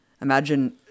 Imagine